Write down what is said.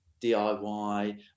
diy